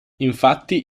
infatti